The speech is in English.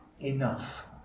enough